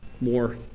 more